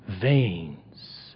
veins